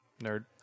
nerd